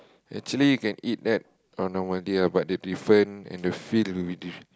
actually you can eat that on normal day ah but the different and the feel will be